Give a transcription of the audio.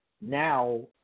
Now